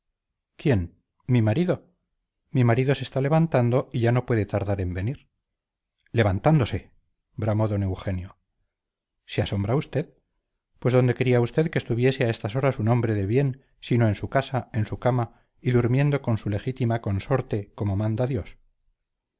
quién mi marido mi marido se está levantando y ya no puede tardar en venir levantándose bramó don eugenio se asombra usted pues dónde quería usted que estuviese a estas horas un hombre de bien sino en su casa en su casa y durmiendo con su legítima consorte como manda dios